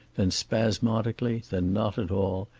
then spasmodically, then not at all,